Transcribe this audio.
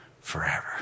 forever